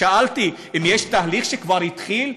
שאלתי אם יש תהליך שכבר התחיל,